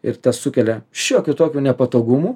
ir tas sukelia šiokių tokių nepatogumų